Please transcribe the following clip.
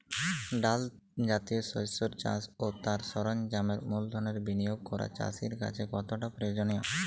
ডাল জাতীয় শস্যের চাষ ও তার সরঞ্জামের মূলধনের বিনিয়োগ করা চাষীর কাছে কতটা প্রয়োজনীয়?